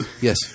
Yes